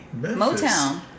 Motown